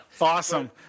Awesome